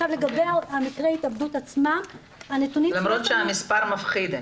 לגבי מקרי ההתאבדות עצמם --- למרות שהמספר מפחיד,